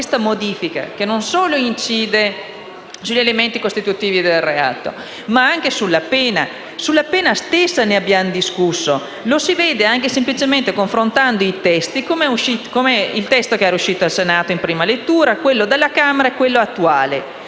questa modifica, che non solo incide sugli elementi costitutivi del reato, ma anche sulla pena. Della pena stessa abbiamo discusso; lo si vede anche semplicemente confrontando i testi, quello uscito dal Senato in prima lettura, quello della Camera e quello attuale,